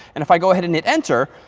and if i go ahead and hit enter,